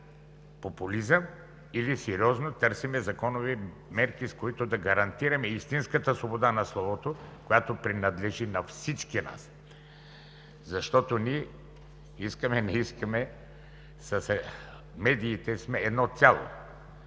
популизъм, или сериозно търсим законови мерки, с които да гарантираме истинската свобода на словото, която принадлежи на всички нас, защото ние, искаме – не искаме, с медиите сме едно цяло.